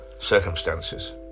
circumstances